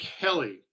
Kelly